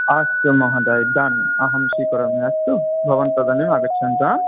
अस्तु महोदय डन् अहं स्वीकरोमि अस्तु भवान् तदनीम् आगच्छन्तु हा